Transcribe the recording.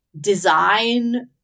design